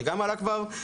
שגם עלה כבר.